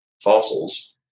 fossils